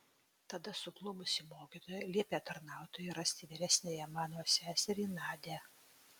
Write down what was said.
tada suglumusi mokytoja liepė tarnautojui rasti vyresniąją mano seserį nadią